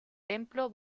templo